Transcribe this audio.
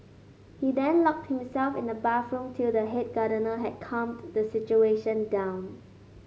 he then locked himself in the bathroom till the head gardener had calmed the situation down